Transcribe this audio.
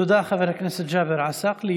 תודה, חבר הכנסת ג'אבר עסאקלה.